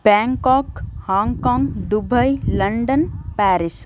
Bangkok Hong Kong Dubai London Paris